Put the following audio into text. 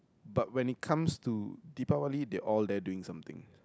but when it comes to Diwali they are all there doing something